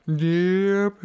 dear